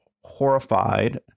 horrified